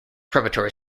preparatory